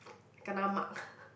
kena marked